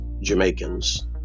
Jamaicans